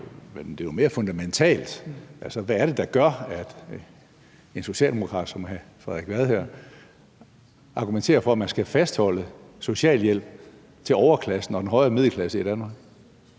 Men det er jo mere fundamentalt. Altså, hvad er det, der gør, at en socialdemokrat som hr. Frederik Vad argumenterer for, at man skal fastholde socialhjælp til overklassen og den højere middelklasse i Danmark?